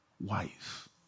wife